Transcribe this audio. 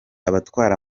abatwara